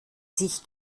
sich